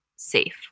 Safe